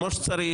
כמו שצריך,